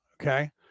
okay